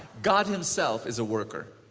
god himself is a worker.